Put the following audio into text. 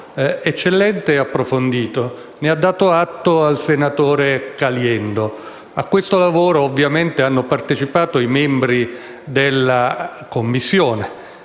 eccellente e approfondito; ne ha dato atto al senatore Caliendo. A questo lavoro ovviamente hanno partecipato i membri della Commissione,